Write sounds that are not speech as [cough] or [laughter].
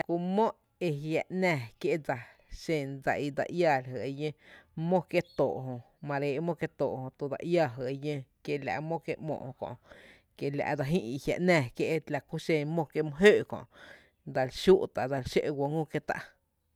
Kú mó ejiä’ ‘nⱥⱥ kié’ dsa, xen dsa i dse iⱥⱥ la jy e llǿǿ mó [noise] kié’ too’ jö, mare éé’ mó kié’ too jö dse iää jy e llǿǿ, kiela’ mó kiee’ ‘moo’ jö kö’ kiela’ dse jï’ i jia’ ‘náá kié’ la kú xen mó kié’ mý jǿǿ’ kö’ dsal xúú’ tá’ dse xǿ’ guó ngü kié’ tá’.